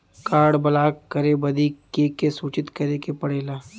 Card block करे बदी के के सूचित करें के पड़ेला?